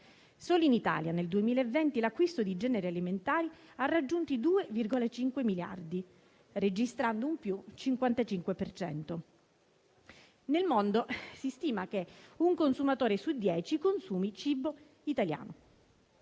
Solo in Italia, nel 2020, l'acquisto di generi alimentari ha raggiunto i 2,5 miliardi, registrando un più 55 per cento. Nel mondo si stima che un consumatore su dieci consumi cibo italiano.